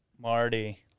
marty